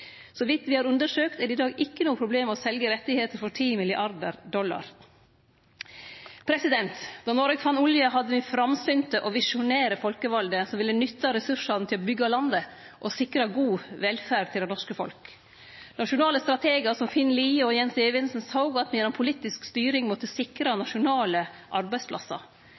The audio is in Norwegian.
Så vidt vi har undersøkt er det i dag ikke noe problem å selge rettigheter for 10 milliarder kr.» Då Noreg fann olje, hadde me framsynte og visjonære folkevalde som ville nytte ressursane til å byggje landet og sikre god velferd til det norske folk. Nasjonale strategar som Finn Lied og Jens Evensen såg at me gjennom politisk styring måtte sikre nasjonale arbeidsplassar.